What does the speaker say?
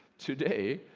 today,